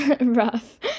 Rough